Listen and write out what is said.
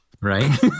right